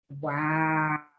Wow